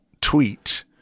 tweet